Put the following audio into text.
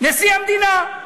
נשיא המדינה.